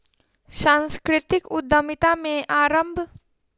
सांस्कृतिक उद्यमिता के आरम्भ कय हुनका बहुत लाभ प्राप्त भेलैन